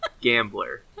gambler